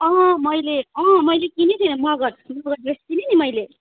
मैले मैले किनेको थिएँ मगज किने नि मैले